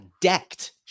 decked